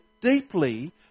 deeply